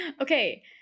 okay